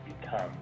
become